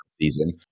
season